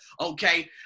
okay